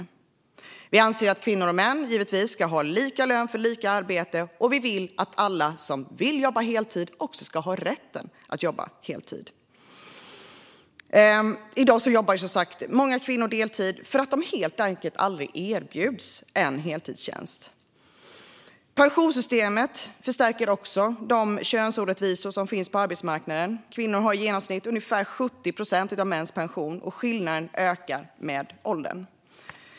Vi vänsterpartister anser att kvinnor och män givetvis ska ha lika lön för lika arbete, och vi vill att alla som vill jobba heltid också ska ha rätten att jobba heltid. I dag jobbar som sagt många kvinnor deltid för att de helt enkelt aldrig erbjuds en heltidstjänst. Pensionssystemet förstärker också de könsorättvisor som finns på arbetsmarknaden. Kvinnor har i genomsnitt ungefär 70 procent av mäns pension, och skillnaden ökar med åldern.